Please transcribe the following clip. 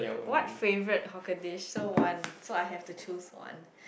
what favourite hawker dish so one so I have to choose one